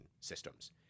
systems